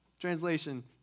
Translation